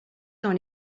dans